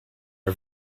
are